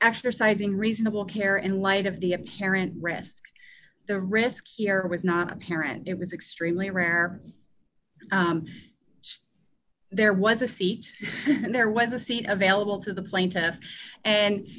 exercising reasonable care in light of the apparent risk the risk here was not apparent it was extremely rare there was a seat and there was a seat available to the plaintiff and